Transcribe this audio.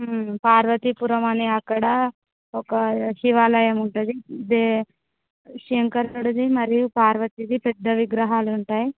పార్వతీపురం అనే అక్కడ ఒక శివాలయం ఉంటుంది అదే శంకరుడుది మరియు పార్వతిది పెద్ద విగ్రహాలుంటాయి